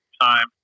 time